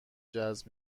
جذب